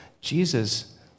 Jesus